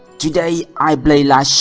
today, i play like.